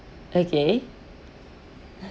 okay